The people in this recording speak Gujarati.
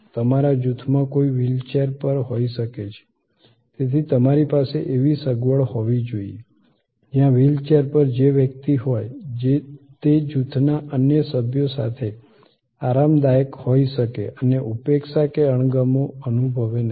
તમારા જૂથમાં કોઈ વ્હીલ ચેર પર હોઈ શકે છે તેથી તમારી પાસે એવી સગવડ હોવી જોઈએ જ્યાં વ્હીલ ચેર પર જે વ્યક્તિ હોય તે જૂથના અન્ય સભ્યો સાથે આરામદાયક હોઈ શકે અને ઉપેક્ષા કે અણગમો અનુભવે નહીં